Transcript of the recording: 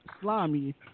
slimy